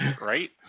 right